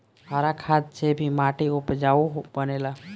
हरा खाद से भी माटी उपजाऊ बनेला